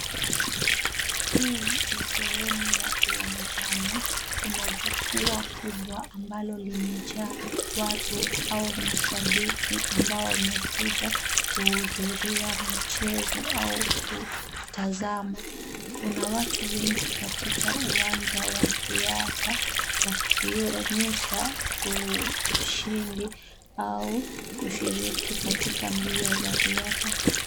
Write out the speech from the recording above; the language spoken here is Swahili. Hii ni sehemu ya uwanjani kuna jukwaa kubwa ambalo limejaa watu au mashabiki ambao wamekuja kuhudhuria mchezo au kutazama. Kuna watu wengi katika uwanja wa riadha wakionyesha ushindi au ushiriki katika mbio za riadha.